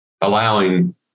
allowing